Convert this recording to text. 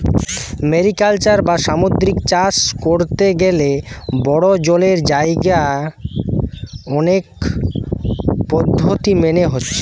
mariculture বা সামুদ্রিক চাষ কোরতে গ্যালে বড়ো জলের জাগায় অনেক পদ্ধোতি মেনে হচ্ছে